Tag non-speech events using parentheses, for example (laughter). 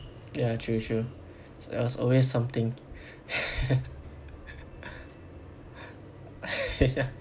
ya true true there's always something (laughs) ya